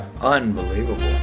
Unbelievable